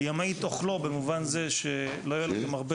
"ימעיט אוכלו" במובן זה שלא יהיה לכם הרבה